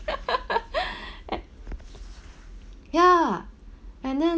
eh ya and then